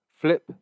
Flip